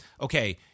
okay